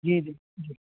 जी जी जी